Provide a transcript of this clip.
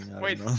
Wait